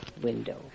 window